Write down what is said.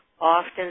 often